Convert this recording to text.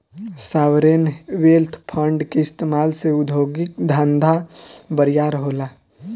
sovereign wealth fund के इस्तमाल से उद्योगिक धंधा बरियार होला